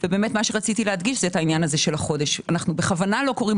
אני מדגישה את עניין החודש אנחנו בכוונה לא קוראים